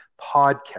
podcast